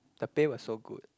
the pay was so good